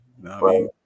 right